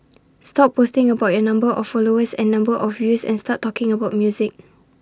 stop posting about your number of followers and number of views and start talking about music